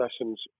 lessons